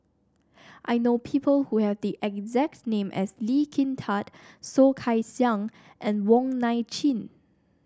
I know people who have the exact name as Lee Kin Tat Soh Kay Siang and Wong Nai Chin